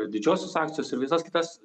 didžiosios akcijos ir visas kitas